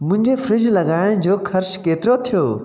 मुंहिंजे फ्रिज लॻाइण जो ख़र्चु केतिरो थियो